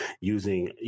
using